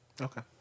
okay